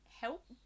help